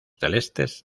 celestes